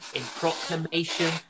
proclamation